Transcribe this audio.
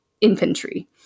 Infantry